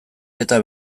eta